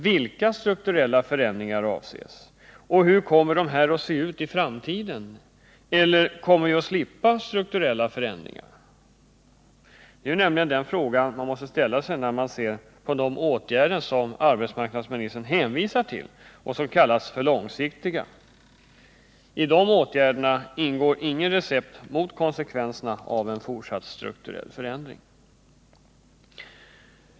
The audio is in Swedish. Vilka strukturella förändringar avses och hur kommer dessa att se ut i framtiden? Kommer vi att slippa strukturella förändringar? Detta är nämligen den fråga man måste ställa sig när man ser på de åtgärder som arbetsmarknadsministern hänvisar till och som kallas långsiktiga. I de åtgärderna ingår ju inget recept mot konsekvenserna av en fortsatt strukturell förändring.